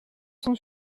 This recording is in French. son